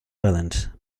island